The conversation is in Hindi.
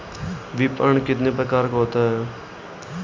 विपणन कितने प्रकार का होता है?